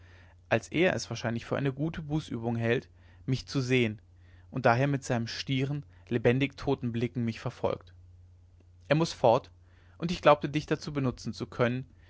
als er es wahrscheinlich für eine bußübung hält mich zu sehen und daher mit seinen stieren lebendigtoten blicken mich verfolgt er muß fort und ich glaubte dich dazu benutzen zu können